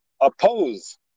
oppose